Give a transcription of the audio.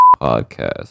podcast